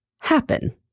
happen